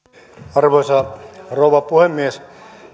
arvoisa rouva puhemies